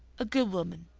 a good woman.